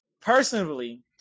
personally